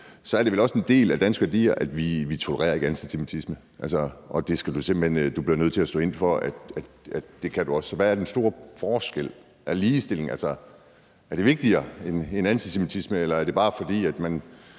så er det vel også en del af de danske værdier, at vi ikke tolererer antisemitismen, og du bliver nødt til at stå inde for, at det kan du også. Hvad er den store forskel? Er ligestilling vigtigere end antisemitisme, eller er det, bare fordi man